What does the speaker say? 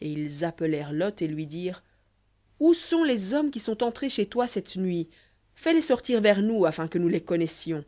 et ils appelèrent lot et lui dirent où sont les hommes qui sont entrés chez toi cette nuit fais-les sortir vers nous afin que nous les connaissions